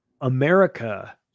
America